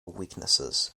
weakness